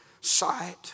sight